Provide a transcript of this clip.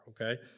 Okay